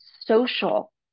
social